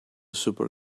super